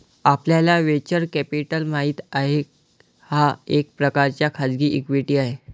आपल्याला venture capital माहित आहे, हा एक प्रकारचा खाजगी इक्विटी आहे